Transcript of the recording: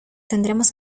tendremos